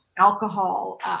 Alcohol